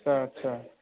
आथसा आथसा